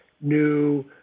new